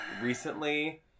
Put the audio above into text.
recently